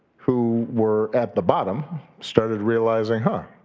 who were at the bottom started realizing, huh,